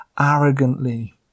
arrogantly